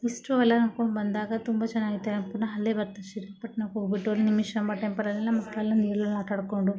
ಇಷ್ಟು ಎಲ್ಲ ನೋಡ್ಕೊಂಡು ಬಂದಾಗ ತುಂಬ ಚೆನ್ನಾಗಿರುತ್ತೆ ನಾವು ಪುನಃ ಅಲ್ಲೇ ಬರ್ತಾ ಶ್ರೀರಂಗಪಟ್ಣಕ್ಕೆ ಹೋಗ್ಬಿಟ್ಟು ನಿಮಿಷಾಂಬ ಟೆಂಪಲ್ಲಲ್ಲೆಲ್ಲ ಮಕ್ಕಳೆಲ್ಲ ನೀರ್ನಲ್ಲಿ ಆಟಾಡಿಕೊಂಡು